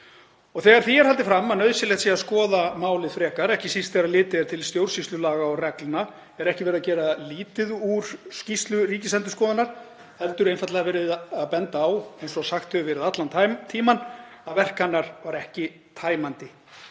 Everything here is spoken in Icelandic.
Þegar því er haldið fram að nauðsynlegt sé að skoða málið frekar, ekki síst þegar litið er til stjórnsýslulaga og reglna, er ekki verið að gera lítið úr skýrslu Ríkisendurskoðunar heldur er einfaldlega verið að benda á, eins og sagt hefur verið allan tímann, að verk hennar var ekki tæmandi.